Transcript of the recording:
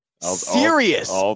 Serious